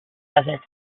desert